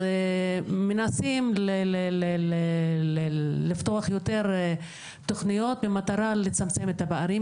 מנסים לפתוח יותר תכניות במטרה לצמצם את הפערים,